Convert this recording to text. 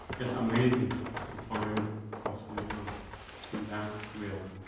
it's amazing to find what's going on in that realm.